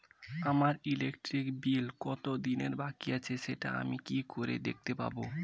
আমার electric bill কত দিনের বাকি আছে সেটা আমি কি করে দেখতে পাবো?